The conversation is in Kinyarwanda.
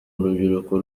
urubyiruko